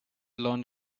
learned